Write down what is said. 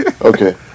Okay